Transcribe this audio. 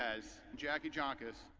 as jackie jackers,